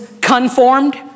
conformed